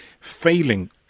failing